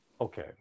Okay